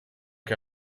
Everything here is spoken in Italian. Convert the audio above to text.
che